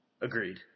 Agreed